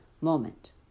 moment